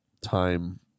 time